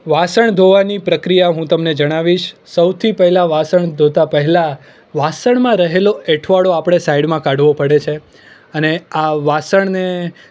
વાસણ ધોવાની પ્રક્રિયા હું તમને જણાવીશ સૌથી પહેલાં વાસણ ધોતા પહેલાં વાસણમાં રહેલો એઠવાડો આપણે સાઇડમાં કાઢવો પડે છે અને આ વાસણને